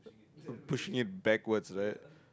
so pushing it backwards right